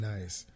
Nice